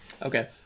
Okay